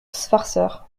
farceurs